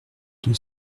deux